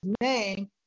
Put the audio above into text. name